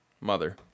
Mother